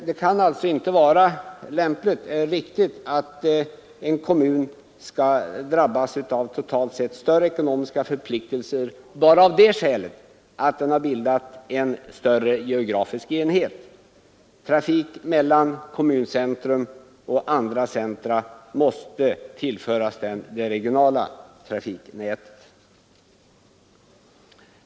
Det kan alltså inte vara riktigt att en kommun skall drabbas av totalt sett större ekonomiska förpliktelser bara av det skälet att den bildat en större geografisk enhet. Trafik mellan kommuncentrum och andra centra måste tillföras det regionala trafiknätet.